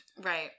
Right